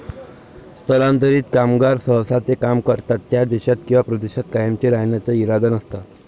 स्थलांतरित कामगार सहसा ते काम करतात त्या देशात किंवा प्रदेशात कायमचे राहण्याचा इरादा नसतात